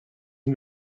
and